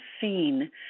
seen